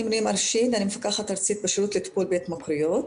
אני מפקחת ארצית בשירות לטיפול בהתמכרויות.